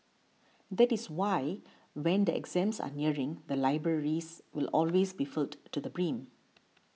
that is why when the exams are nearing the libraries will always be filled to the brim